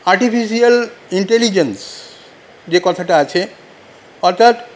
artificial intelligence যে কথাটা আছে অর্থাৎ